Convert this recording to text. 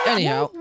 Anyhow